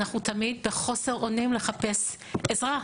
ואני יכולה לומר שאנחנו תמיד בחוסר אונים לחפש עזרה,